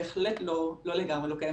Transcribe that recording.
בהחלט לא לגמרי לא קיימת.